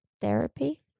therapy